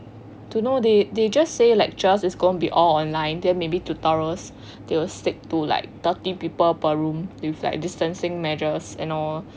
don't know they they just say lectures is going to be all online then maybe tutorials they will stick to like thirty people per room with like distancing measures and all